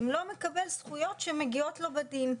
שכר לא מקבל זכויות שמגיעות לו בדין.